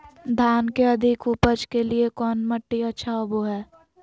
धान के अधिक उपज के लिऐ कौन मट्टी अच्छा होबो है?